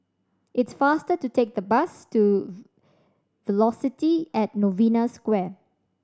it is faster to take the bus to Velocity at Novena Square